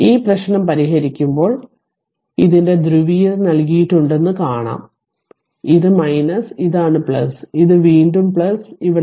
ഈ പ്രശ്നം പരിഹരിക്കുമ്പോൾ ഇതിന്റെ ധ്രുവീയത നൽകിയിട്ടുണ്ടെന്ന് കാണും ഇത് ഇതാണ് ഇത് വീണ്ടും ഇവിടെ